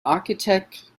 architect